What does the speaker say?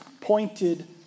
pointed